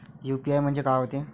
UPI म्हणजे का होते?